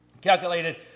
calculated